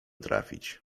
trafić